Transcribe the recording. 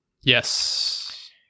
Yes